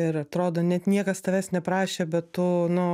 ir atrodo net niekas tavęs neprašė bet tu nu